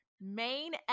main